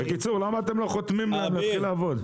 בקיצור, למה אתם לא חותמים להם להתחיל לעבוד?